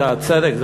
זה הצדק?